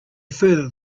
further